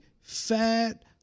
fat